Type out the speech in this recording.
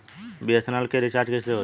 BSNL के recharge कैसे होयी?